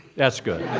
that's good.